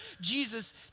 Jesus